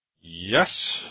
Yes